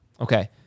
Okay